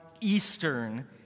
eastern